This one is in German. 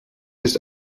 ist